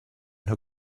who